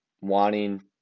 wanting